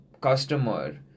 customer